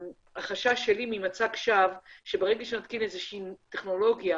החשש שלי ממצג שווא שברגע שנתקין איזו שהיא טכנולוגיה